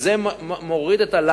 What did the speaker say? זה מוריד את תור המבקשים.